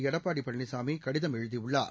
எடப்பாடிபழனிசாமிகடிதம் எழுதியுள்ளார்